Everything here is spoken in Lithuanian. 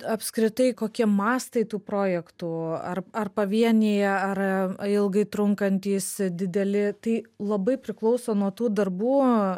apskritai kokie mastai tų projektų ar ar pavienėje ar ilgai trunkantys dideli tai labai priklauso nuo tų darbų